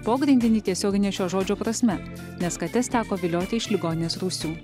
pogrindinį tiesiogine šio žodžio prasme nes kates teko vilioti iš ligoninės rūsių